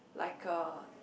like a